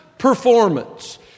performance